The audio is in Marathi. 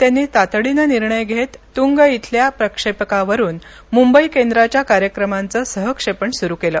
त्यांनी तातडीनं निर्णय घेत तुंग इथल्या प्रक्षेपकावरून मुंबई केंद्राच्या कार्यक्रमांचं सहक्षेपण सुरु केलं